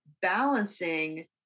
balancing